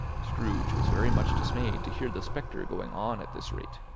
scrooge was very much dismayed to hear the spectre going on at this rate,